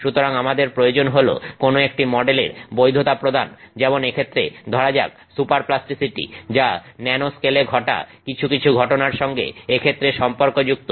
সুতরাং আমাদের প্রয়োজন হল কোন একটি মডেলের বৈধতা প্রদান যেমন এক্ষেত্রে ধরা যাক সুপার প্লাস্টিসিটি যা ন্যানো স্কেলে ঘটা কিছু কিছু ঘটনার সঙ্গে এক্ষেত্রে সম্পর্কযুক্ত